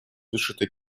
вышитой